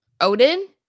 odin